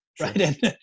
right